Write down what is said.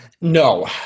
No